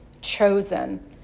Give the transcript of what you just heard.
chosen